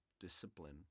Discipline